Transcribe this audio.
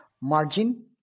Margin